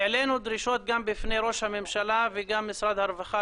העלינו דרישות גם בפני ראש הממשלה וגם משרד הרווחה,